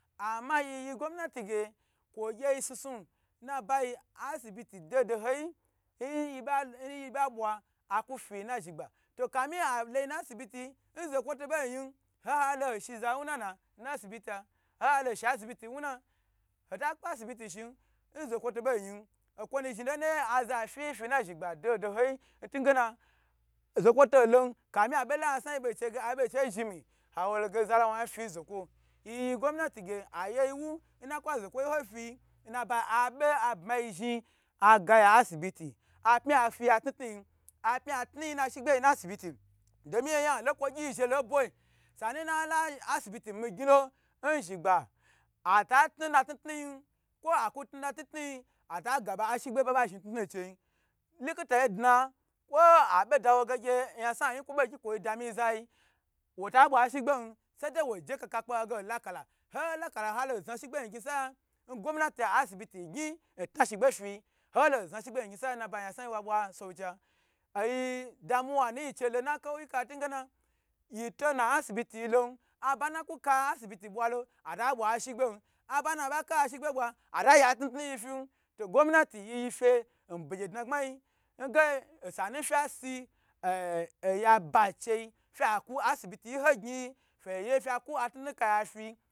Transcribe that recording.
Ami yiyi gomnati ge kwo gye yi sna snu nabaga asibiti dodoyi yibala nyiba bwa atu fiyi na zhn gba ahi aloyi nna asibiyi nzokwo tobo yin ahahoho shi za wunana nna shibiba nhalo shi asibiti wuna hota kpe asibiti shin n zokwo to ba yin okwo na zhni lo naye aza fi yi fina zho gba dodoho yi in bnge na zokwotolon komi abo la yasnayiyi bo chiyi ge zhni mi awologe ozalawo yan fi in zokwo yiyi gomnati g ayeyi wu nna ku zokwo yi ho fiyi nabai aba abmayi zhni agayi asibiti apmi afiya kna knu yi apmi a knu yi na shigbe yi na asibiti domi oyan la kwa gyi yi zhe la nbwe sanu na le asibiti mi gni lo n zhm gba ata tnu na tnu tnu yi kwo akwa tnu na tnu tnu yi ata gaba ashigba na ba zhni atnu tnu chei, likita ndna kwo wo abedawa ge yansna yi kwo gyi kwoda mi na za yi wata bwa shigben sai dei wo je kaka kpe ho ge halo kala ho ho lakala hole ho za shigbe gin nkni saya n gomnati asibiti gyn n tna shigbe fiyi n holo ho za shigbayi n knwaya nnaba yi gomnatu wabwa sowokia oyi da damuwa nu nyicheyilo nna kowyika ntin gena yitona asibitin lo abana ku ka asibiti bwalo ata bwa shigben aba na ba ka ashigbe bwa atagye atna tnu gi fi to gomnati yi yife nbege dnagbayi nge osana fye si ah oya ba che fya ku asibiti yi he gyn yi fe ye fye ku tnu tnu kaya fi.